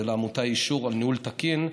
ולעמותה אישור על ניהול תקין מאז,